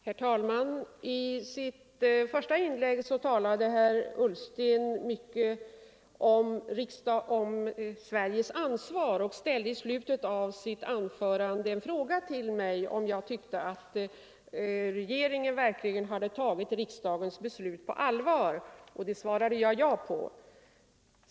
Herr talman! I sitt första inlägg talade herr Ullsten mycket om Sveriges ansvar. Han ställde i slutet av anförandet en fråga till mig, om jag tyckte att regeringen verkligen har tagit riksdagens beslut på allvar, och det svarade jag ja på.